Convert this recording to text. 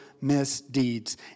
misdeeds